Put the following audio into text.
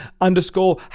underscore